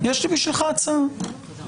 שלמה קרעי אמר מילים נוראיות.